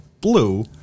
blue